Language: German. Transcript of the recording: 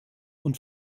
und